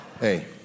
Hey